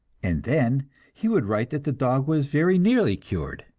and then he would write that the dog was very nearly cured.